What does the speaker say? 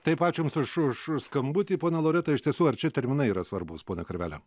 taip ačiū jums už už už skambutį ponia loreta iš tiesų ar čia terminai yra svarbūs pone karvele